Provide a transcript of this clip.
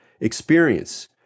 experience